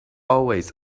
always